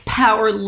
power